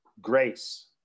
grace